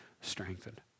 strengthened